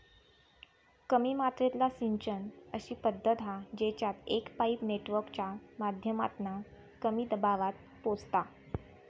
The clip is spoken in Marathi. कमी मात्रेतला सिंचन अशी पद्धत हा जेच्यात एक पाईप नेटवर्कच्या माध्यमातना कमी दबावात पोचता